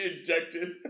injected